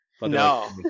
No